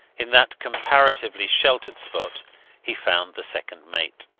in that comparatively sheltered spot he found the second mate.